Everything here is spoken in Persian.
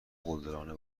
قلدرانه